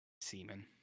semen